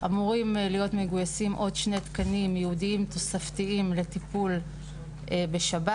אמורים להיות מגויסים עוד שני תקנים ייעודיים תוספתיים לטיפול בשב"ס.